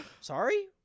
Sorry